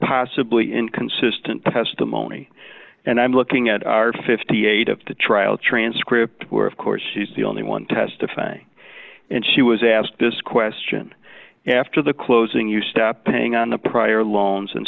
possibly inconsistent testimony and i'm looking at are fifty eight dollars of the trial transcript were of course she's the only one testifying and she was asked this question after the closing you stepping on the prior loans and